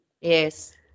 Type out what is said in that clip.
Yes